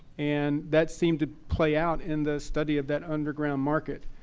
and that seemed to play out in the study of that underground market.